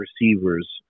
receivers